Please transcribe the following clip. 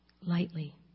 Lightly